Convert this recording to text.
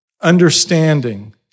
Understanding